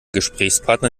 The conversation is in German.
gesprächspartner